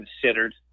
considered